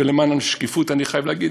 ולמען השקיפות אני חייב להגיד,